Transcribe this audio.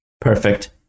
perfect